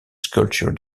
sculpture